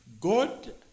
God